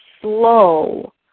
slow